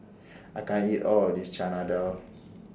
I can't eat All of This Chana Dal